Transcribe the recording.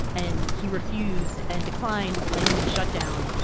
and he refused and declined, blaming the shutdown.